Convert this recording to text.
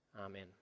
Amen